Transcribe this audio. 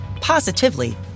positively